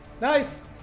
Nice